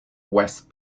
west